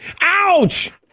Ouch